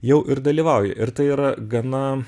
jau ir dalyvauja ir tai yra gana